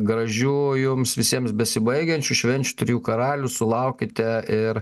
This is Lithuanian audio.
gražių jums visiems besibaigiančių švenčių trijų karalių sulaukite ir